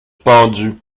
pendu